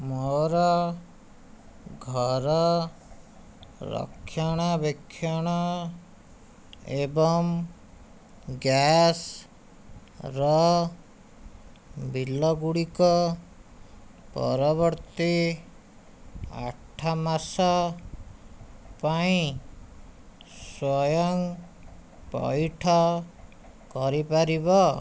ମୋର ଘର ରକ୍ଷଣବେକ୍ଷଣ ଏବଂ ଗ୍ୟାସ୍ ର ବିଲ୍ ଗୁଡ଼ିକ ପରବର୍ତ୍ତୀ ଆଠ ମାସ ପାଇଁ ସ୍ୱୟଂ ପଇଠ କରିପାରିବ